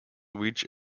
reached